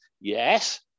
Yes